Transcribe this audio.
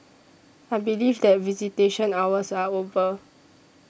I believe that visitation hours are over